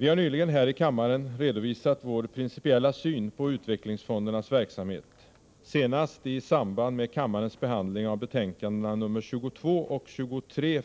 Vi har nyligen här i kammaren redovisat vår principiella syn på utvecklingsfondernas verksamhet — senast den 25 april i samband med kammarens behandling av betänkandena nr 22 och 23.